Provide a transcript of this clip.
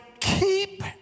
keep